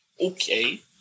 Okay